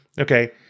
Okay